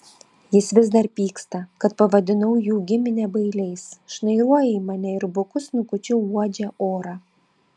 jis vis dar pyksta kad pavadinau jų giminę bailiais šnairuoja į mane ir buku snukučiu uodžia orą